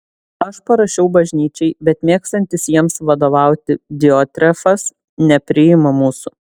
aš parašiau bažnyčiai bet mėgstantis jiems vadovauti diotrefas nepriima mūsų